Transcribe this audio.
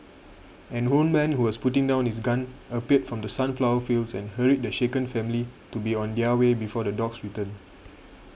an old man who was putting down his gun appeared from the sunflower fields and hurried the shaken family to be on their way before the dogs return